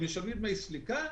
הם משלמים דמי סליקה?